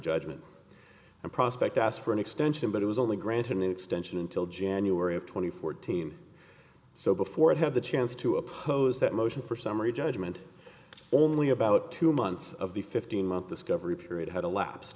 judgment and prospect asked for an extension but it was only granted an extension until january of two thousand and fourteen so before it had the chance to oppose that motion for summary judgment only about two months of the fifteen month discovery period had elapsed